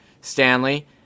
Stanley